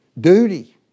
Duty